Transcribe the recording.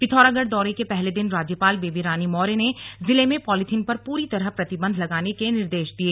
पिथौरागढ़ दौरे के पहले दिन राज्यपाल बेबी रानी मौर्य ने जनपद में पॉलीथीन पर पूरी तरह प्रतिबंध लगाने के निर्देश दिये